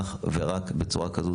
זה צריך להיות אך ורק בצורה כזו.